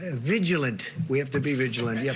ah vigilant. we have to be vigilant. yeah